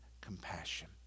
compassion